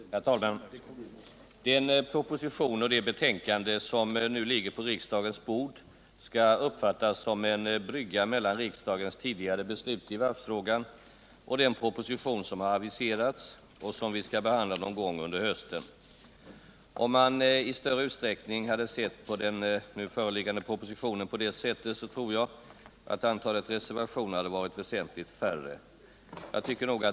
Herr talman! Den proposition och det betänkande som nu ligger på riksdagens bord skall uppfattas som en brygga mellan riksdagens tidigare beslut i varvsfrågan och den proposition som har aviserats och som vi skall behandla någon gång under hösten. Om man i större utsträckning hade sett på den nu föreliggande propositionen på det sättet, tror jag, att antalet reservationer hade varit väsentligt färre.